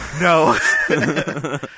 No